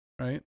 Right